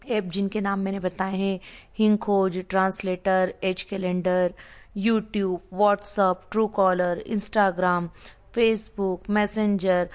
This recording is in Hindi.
एप जिनके नाम मैंने बताए हैं HinKhoj translator Edge calendar YouTube WhatsApp Truecaller Instagram Facebook messenger